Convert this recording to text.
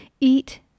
Eat